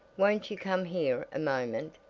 won't you come here a moment?